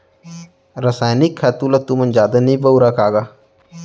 रसायनिक खातू ल तुमन जादा नइ बउरा का गा?